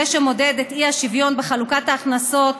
זה שמודד את האי-שוויון בחלוקת ההכנסות,